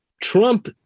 Trump